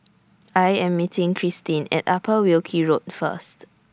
I Am meeting Cristin At Upper Wilkie Road First